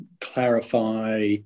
clarify